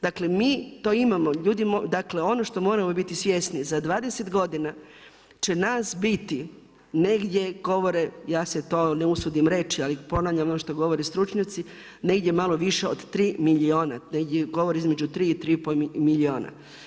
Dakle mi to imamo, dakle, ono što moramo biti svjesni za 20 godina će nas biti negdje govore, ja se to ne usudim reći, ali ponavljam ono što govore stručnjaci negdje malo više od 3 milijuna, neki govore između 3 i 3,5 milijuna.